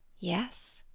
yes,